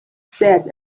said